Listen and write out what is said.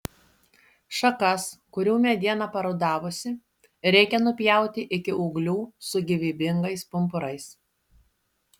šakas kurių mediena parudavusi reikia nupjauti iki ūglių su gyvybingais pumpurais